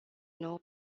nou